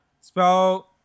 Spell